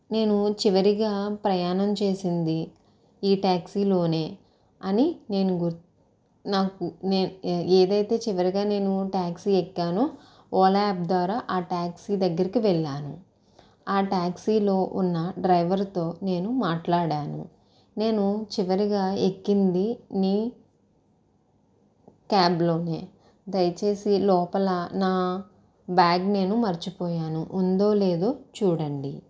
నేను చివరిగా ప్రయాణం చేసింది ఈ ట్యాక్సీలోనే అని నేను నాకు నేను ఏదైతే చివరిగా నేను ట్యాక్సీ ఎక్కానో ఓలా యాప్ ద్వారా అ ట్యాక్సీ దగ్గరికి వెళ్ళాను ఆ ట్యాక్సీలో ఉన్న డ్రైవర్తో నేను మాట్లాడాను నేను చివరిగా ఎక్కింది నీ క్యాబ్లోనే దయచేసి లోపల నా బ్యాగ్ నేను మర్చిపోయాను ఉందో లేదో చూడండి